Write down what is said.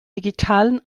digitalen